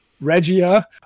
Regia